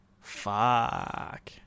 Fuck